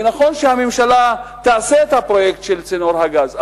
ונכון שהממשלה תעשה את הפרויקט של צינור הגז,